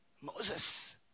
Moses